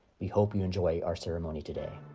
we hope you enjoy our ceremony today.